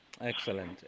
Excellent